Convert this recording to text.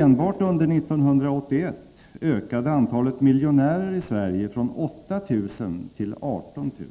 Enbart under 1981 ökade antalet miljonärer i Sverige från 8 000 till 18 000.